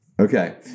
Okay